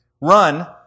Run